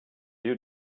you